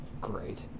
great